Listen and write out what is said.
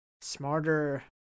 smarter